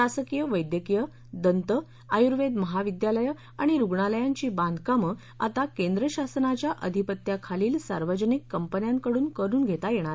शासकीय वैद्यकीय दंत आयूर्वेद महाविद्यालये आणि रुग्णालयांची बांधकामं आता केंद्र शासनाच्या अधिपत्याखालील सार्वजनिक कंपन्यांकडून करुन घेता येणार आहे